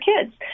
kids